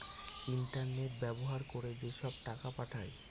internet ব্যবহার করে যেসব টাকা পাঠায়